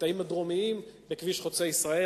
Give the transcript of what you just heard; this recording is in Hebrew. הקטעים הדרומיים של כביש חוצה-ישראל.